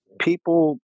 people